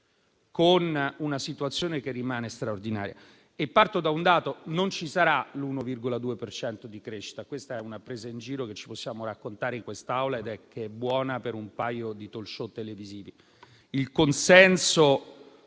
con una situazione che rimane straordinaria. Parto da un dato: non ci sarà l'1,2 per cento di crescita. Questa è una presa in giro che ci possiamo raccontare in quest'Aula e che è buona per un paio di *talk show* televisivi. Il consenso